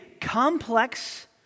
complex